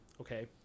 okay